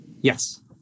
Yes